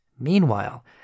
meanwhile